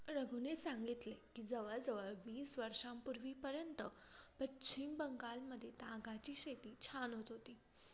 रघूने सांगितले की जवळजवळ वीस वर्षांपूर्वीपर्यंत पश्चिम बंगालमध्ये तागाची शेती छान होत होती